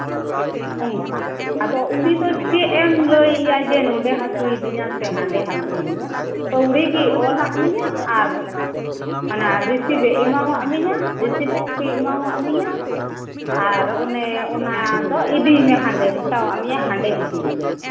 ᱚᱝᱠᱟ ᱟᱫᱚ ᱩᱱᱤ ᱫᱚ ᱪᱮᱫ ᱮᱢ ᱞᱟᱹᱭᱟᱭᱟ ᱡᱮ ᱱᱚᱸᱰᱮ ᱦᱟᱹᱥᱩᱭᱤᱫᱤᱧᱟ ᱥᱮ ᱦᱟᱸᱰᱮ ᱦᱟᱹᱥᱩᱭᱤᱫᱤᱧᱟ ᱟᱹᱣᱲᱤᱜᱮᱭ ᱚᱞᱟᱫ ᱢᱮᱭᱟ ᱟᱨ ᱚᱱᱟ ᱨᱤᱥᱤᱵᱷᱮ ᱮᱢᱟᱣᱟᱜ ᱢᱮᱭᱟ ᱨᱤᱥᱤᱵᱷ ᱠᱚᱯᱤᱭ ᱮᱢᱟᱣᱟᱜ ᱢᱮᱭᱟ ᱟᱨ ᱚᱱᱮ ᱚᱱᱟ ᱫᱚ ᱤᱫᱤᱭ ᱢᱮ ᱦᱟᱸᱰᱮ ᱢᱮᱛᱟᱣᱟᱜ ᱢᱮᱭᱟ ᱦᱟᱸᱰᱮ ᱤᱫᱤᱭ ᱢᱮ